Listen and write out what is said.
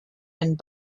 and